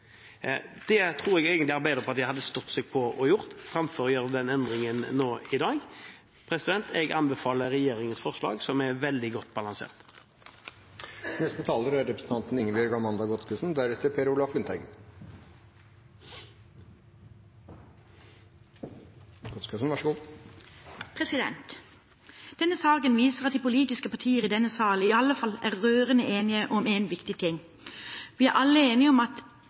Det tror jeg egentlig Arbeiderpartiet hadde stått seg på å gjøre, framfor å gjøre den endringen nå i dag. Jeg anbefaler regjeringens forslag, som er veldig godt balansert. Denne saken viser at de politiske partier i denne sal iallfall er rørende enige om én viktig ting: Vi er alle enige om at